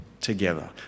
together